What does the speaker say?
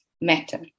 matter